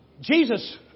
Jesus